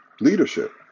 leadership